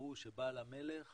ההוא שבא למלך --- רגע,